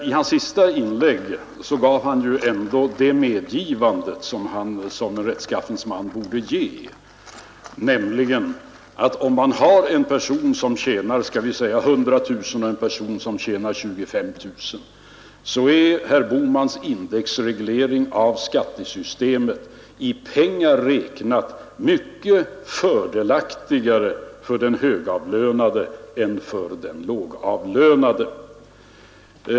I sitt senaste inlägg medgav herr Bohman ändå det som han som en rättskaffens borde göra, nämligen att om en person tjänar 100 000 kronor om året och en annan person tjänar 25 000, är herr Bohmans indexreglering av skattesystemet i pengar räknat mycket fördelaktigare för den högavlönade än för den lågavlönade.